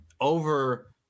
over